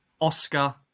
Oscar